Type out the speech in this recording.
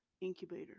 incubator